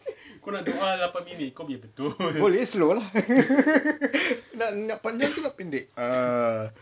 buat it slow lah nak panjang ke nak pendek ah